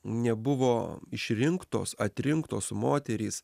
nebuvo išrinktos atrinktos moterys